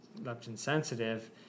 leptin-sensitive